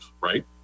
right